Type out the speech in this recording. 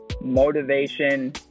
motivation